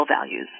values